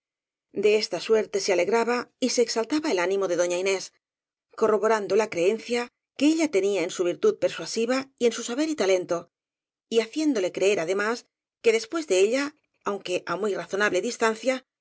de esta suerte se alegraba y se exaltaba el ánimo de doña inés corroborando la creencia que ella tenía en su virtud persuasiva y en su saber y talento y haciéndole creer además que después de ella aunque á muy razonable distancia